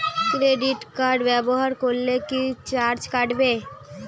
Credit card ব্যাবহার করলে কি চার্জ কাটবে?